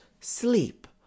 sleep